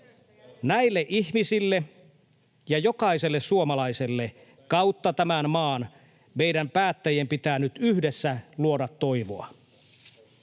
Näille ihmisille ja jokaiselle suomalaiselle kautta tämän maan meidän päättäjien pitää nyt yhdessä luoda toivoa.